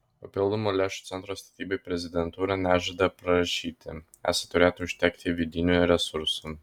papildomų lėšų centro statybai prezidentūra nežada prašyti esą turėtų užtekti vidinių resursų